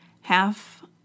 half